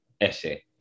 essay